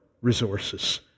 resources